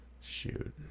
Shoot